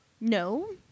No